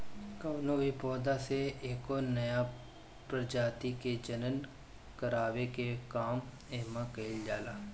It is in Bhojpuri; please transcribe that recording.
कवनो भी पौधा से एगो नया प्रजाति के प्रजनन करावे के काम एमे कईल जाला